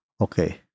okay